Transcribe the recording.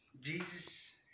Jesus